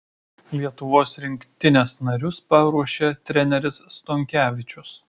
lietuvos rinktinės narius paruošė treneris stonkevičius